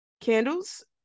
candles